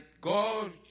God